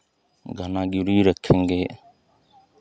गहना गिरवी रखेंगे